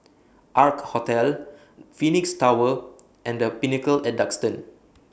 Ark Hotel Phoenix Tower and The Pinnacle At Duxton